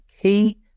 key